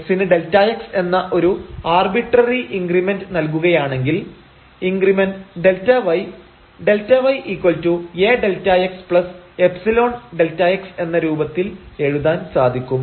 x ന് Δx എന്ന ഒരു ആർബിട്രറി ഇൻക്രിമെന്റ് നൽകുകയാണെങ്കിൽ ഇൻക്രിമെന്റ് Δy ΔyAΔxϵΔx എന്ന രൂപത്തിൽ എഴുതാൻ സാധിക്കും